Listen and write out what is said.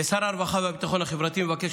כשר הרווחה והביטחון החברתי אני מבקש